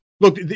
Look